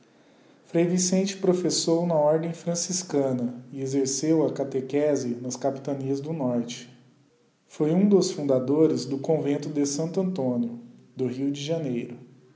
vicente professou na ordem franciscana c exerceu a catechesenas capitanias do norte foi um dos fundadores do convento de s antónio do rio de janeiro